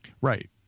Right